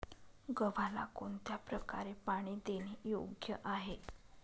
गव्हाला कोणत्या प्रकारे पाणी देणे योग्य आहे?